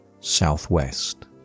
Southwest